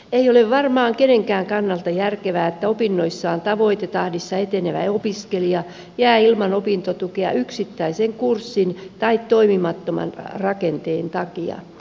ei ole varmaan kenenkään kannalta järkevää että opinnoissaan tavoitetahdissa etenevä opiskelija jää ilman opintotukea yksittäisen kurssin tai toimimattoman rakenteen takia